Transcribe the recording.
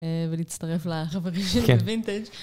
ולהצטרף לחברים שלו בווינטג'.